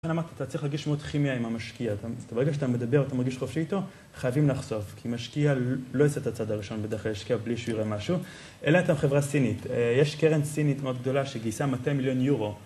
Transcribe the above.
לכן אמרתי, אתה צריך להרגיש מאוד כימיה עם המשקיע. ברגע שאתה מדבר, אתה מרגיש חופשי איתו, חייבים לחשוף. כי משקיע לא יעשה את הצעד הראשון בדרך כלל, ישקיע בלי שהוא יראה משהו. אלא אם אתה חברה סינית, יש קרן סינית מאוד גדולה שגייסה 200 מיליון יורו.